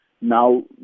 Now